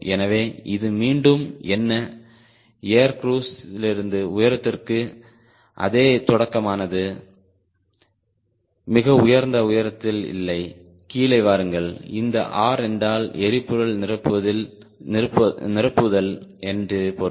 எனவே இது மீண்டும் என்ன ஏர் க்ருஸில் இருந்து உயரத்திற்கு அதே தொடக்கமானது மிக உயர்ந்த உயரத்தில் இல்லை கீழே வாருங்கள் இந்த R என்றால் எரிபொருள் நிரப்புதல் என்று பொருள்